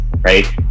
right